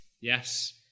Yes